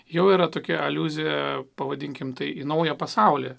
jau yra tokia aliuzija pavadinkime tai į naują pasaulį